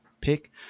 pick